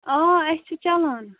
آ اَسہِ چھِ چَلان